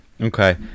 okay